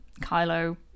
kylo